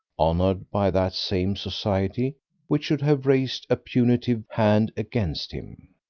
honoured by that same society which should have raised a punitive hand against him.